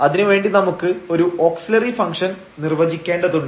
അതിനുവേണ്ടി നമുക്ക് ഒരു ഓക്സിലറി ഫംഗ്ഷൻ നിർവ്വചിക്കേണ്ടതുണ്ട്